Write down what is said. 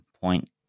point